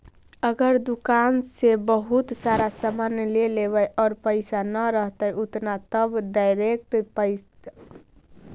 अगर दुकान से बहुत सारा सामान ले लेबै और पैसा न रहतै उतना तब का डैरेकट अपन खाता से दुकानदार के खाता पर पैसा भेज सकली हे?